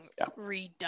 redone